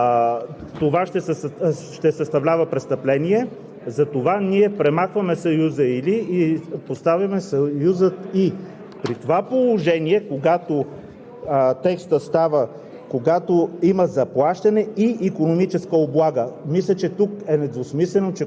може би имаше тълкувания на това дали, когато се дадат два лева, така наречените два лева от колегите, това ще съставлява престъпление. Затова ние премахваме съюза „или“ и поставяме съюза